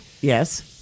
Yes